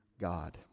God